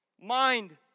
Mind